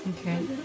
Okay